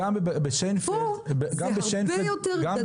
פה זה הרבה יותר גדול.